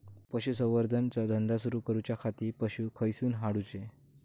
पशुसंवर्धन चा धंदा सुरू करूच्या खाती पशू खईसून हाडूचे?